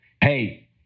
hey